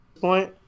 point